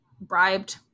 bribed